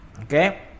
okay